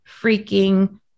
freaking